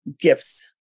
gifts